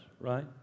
right